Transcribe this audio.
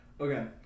Okay